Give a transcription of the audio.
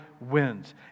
wins